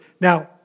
Now